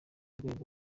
rwego